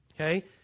Okay